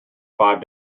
five